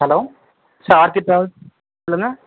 hello sir Aarthi travels சொல்லுங்கள்